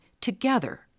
together